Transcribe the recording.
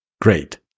Great